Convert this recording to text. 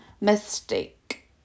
mistake